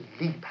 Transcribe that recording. leap